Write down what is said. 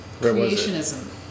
Creationism